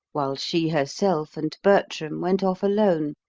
while she herself and bertram went off alone,